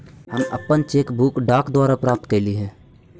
हम अपन cheque book डाक द्वारा प्राप्त कईली हे